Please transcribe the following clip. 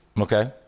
Okay